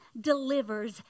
delivers